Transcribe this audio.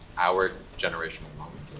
our generational moment